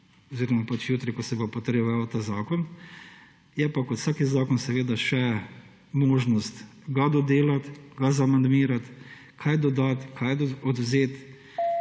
oziroma jutri, ko se bo potrjeval ta zakon. Je pa kot vsak zakon seveda še možnost ga dodelati, ga amandmirati, kaj dodati, kaj odvzeti.